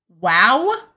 Wow